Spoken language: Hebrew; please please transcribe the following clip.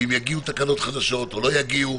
ואם יגיעו תקנות חדשות או לא יגיעו.